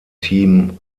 team